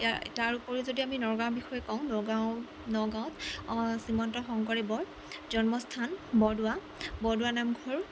তাৰ ওপৰি যদি আমি নগাঁৱৰ বিষয়ে কওঁ নগাঁও নগাঁৱত শ্ৰীমন্ত শংকৰদেৱৰ জন্মস্থান বৰদোৱা বৰদোৱা নামঘৰ